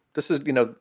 this is you know,